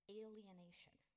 alienation